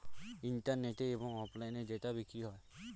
ইন্টারনেটে এবং অফলাইনে ডেটা বিক্রি হয়